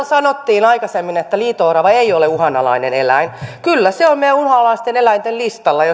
sanottiin aikaisemmin että liito orava ei ole uhanalainen eläin kyllä se on meidän uhanalaisten eläinten listalla